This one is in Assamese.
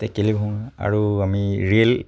টেকেলি ভঙা আৰু আমি ৰে'ল